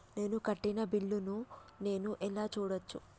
నేను కట్టిన బిల్లు ను నేను ఎలా చూడచ్చు?